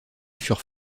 furent